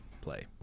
play